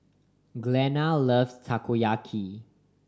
Glenna loves Takoyaki